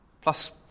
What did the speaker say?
plus